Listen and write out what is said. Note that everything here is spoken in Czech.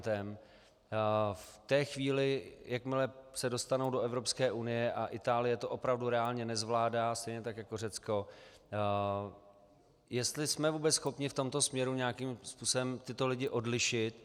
Ve chvíli, jakmile se dostanou do Evropské unie, a Itálie to opravdu reálně nezvládá, stejně tak jako Řecko, jestli jsme vůbec schopni v tomto směru nějakým způsobem tyto lidi odlišit.